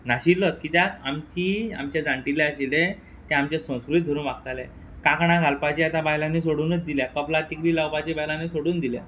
नाशिल्लोच किद्याक आमचीं आमचे जाण्टेली आशिल्ले ते आमचे संस्कृत धरून वागताले कांकणां घालपाचीं आतां बायलांनी सोडुनूत दिल्या कपलाक तिकली लावपाची बायलांनी सोडून दिल्या